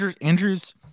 Andrews